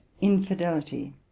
infidelity